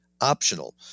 optional